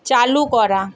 চালু করা